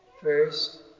First